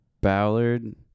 Ballard